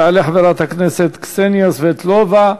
תעלה חברת הכנסת קסניה סבטלובה,